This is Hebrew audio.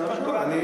זה התקנון.